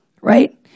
Right